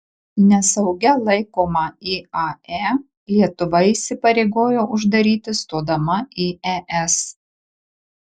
nesaugia laikomą iae lietuva įsipareigojo uždaryti stodama į es